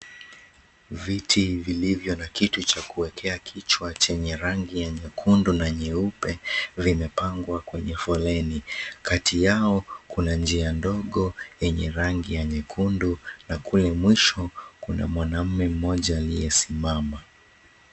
Viti vilivyo na kitu cha kuwekea kichwa chenye ya nyekundu na nyeupe vimepangwa kwenye foleni. Kati yao kuna njia ndogo yenye rangi ya nyekundu na kule mwisho kuna mwanaume mmoja aliyesimama.